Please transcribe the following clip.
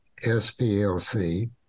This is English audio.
SPLC